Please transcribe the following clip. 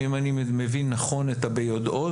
אם אני מבין נכון את ה-ביודעו,